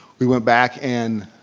we went back and